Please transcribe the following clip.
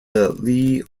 lee